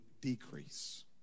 decrease